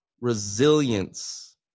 resilience